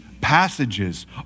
passages